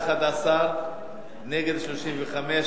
חנא סוייד,